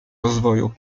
rozwoju